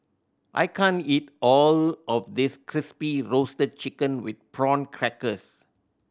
I can't eat all of this Crispy Roasted Chicken with Prawn Crackers